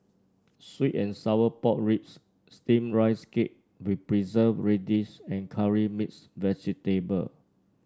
sweet and Sour Pork Ribs steamed Rice Cake with Preserved Radish and Curry Mixed Vegetable